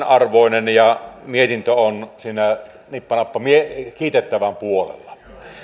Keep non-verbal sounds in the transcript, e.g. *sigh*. *unintelligible* arvoinen ja mietintö on siinä nippa nappa kiitettävän puolella